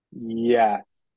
Yes